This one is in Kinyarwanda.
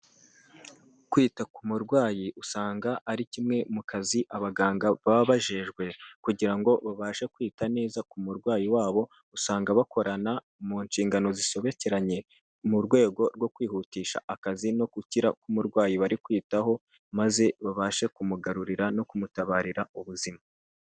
Kwita ku murwayi, usanga ari kimwe mu kazi abaganga babajejwe, kugira ngo babashe kwita neza ku murwayi wabo, usanga bakorana mu nshingano zisobekeranye, mu rwego rwo kwihutisha akazi, no gukira k'umurwayi bari kwitaho, maze babashe kumugarurira no kumutabarira ubuzima.